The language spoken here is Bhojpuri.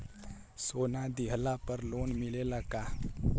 सोना दिहला पर लोन मिलेला का?